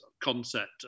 concept